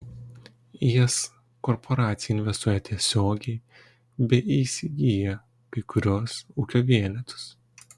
į jas korporacija investuoja tiesiogiai bei įsigyja kai kuriuos ūkio vienetus